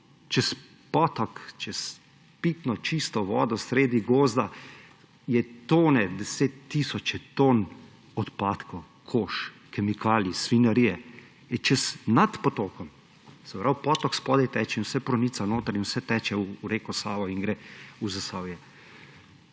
Čez potok, čez pitno čisto vodo sredi gozda je deset tisoč ton odpadkov; kož, kemikalij, svinjarije. Nad potokom, se pravi potok spodaj teče, in vse pronica noter in vse teče v reko Savo in gre v Zasavje.